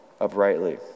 uprightly